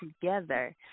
together